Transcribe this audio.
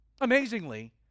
Amazingly